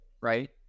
Right